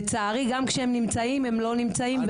לצערי גם כשהם נמצאים הם לא נמצאים.